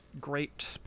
Great